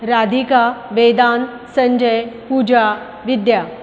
Radhika Vedant Sanjay Puja Vidya